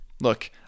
Look